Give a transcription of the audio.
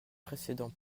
précédent